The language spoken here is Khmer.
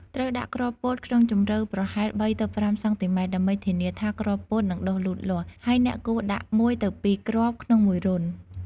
ត្រូវដាក់គ្រាប់ពោតក្នុងជម្រៅប្រហែល ៣-៥ សង់ទីម៉ែត្រ ដើម្បីធានាថាគ្រាប់ពោតនឹងដុះលូតលាស់ ហើយអ្នកគួរដាក់ ១ ទៅ ២ គ្រាប់ ក្នុងមួយរន្ធ។